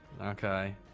Okay